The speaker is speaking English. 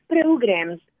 programs